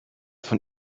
von